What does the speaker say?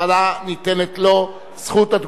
ניתנת לו זכות התגובה האישית.